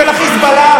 של החיזבאללה,